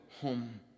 home